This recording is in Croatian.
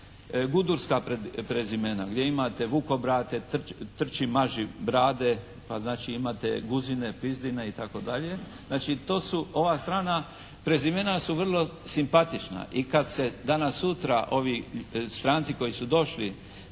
budurska prezimena gdje imate vukobrade, trči maži brade, pa znači imate guzdine, pizdine itd. Znači to su ova strana prezimena su vrlo simpatična. I kad se danas-sutra ovi stranci koji su došli